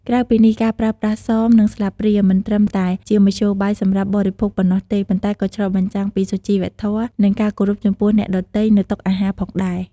ក្រៅពីនេះការប្រើប្រាស់សម និងស្លាបព្រាមិនត្រឹមតែជាមធ្យោបាយសម្រាប់បរិភោគប៉ុណ្ណោះទេ ប៉ុន្តែក៏ឆ្លុះបញ្ចាំងពីសុជីវធម៌ និងការគោរពចំពោះអ្នកដទៃនៅតុអាហារផងដែរ។